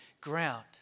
ground